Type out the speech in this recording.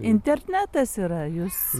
internetas yra jus